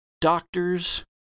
doctors